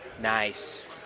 Nice